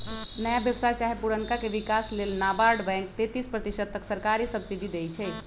नया व्यवसाय चाहे पुरनका के विकास लेल नाबार्ड बैंक तेतिस प्रतिशत तक सरकारी सब्सिडी देइ छइ